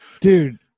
Dude